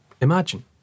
imagine